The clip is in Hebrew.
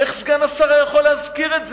איך סגן השר יכול להזכיר את זה?